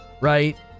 right